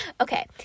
okay